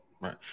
right